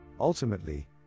Ultimately